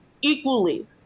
equally